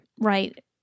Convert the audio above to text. Right